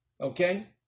Okay